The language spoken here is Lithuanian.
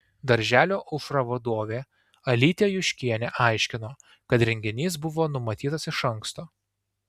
darželio aušra vadovė alytė juškienė aiškino kad renginys buvo numatytas iš anksto